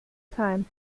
time